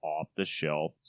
off-the-shelf